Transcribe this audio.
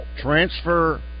transfer